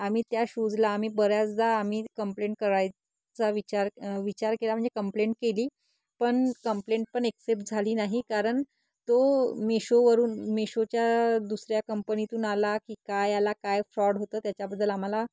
आम्ही त्या शूजला आम्ही बऱ्याचदा आम्ही कंप्लेंट करायचा विचार विचार केला म्हणजे कंप्लेंट केली पण कंप्लेंट पण एक्सेप्ट झाली नाही कारण तो मेशोवरून मेशोच्या दुसऱ्या कंपनीतून आला की काय आला काय फ्रॉड होतं त्याच्याबद्दल आम्हाला